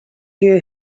you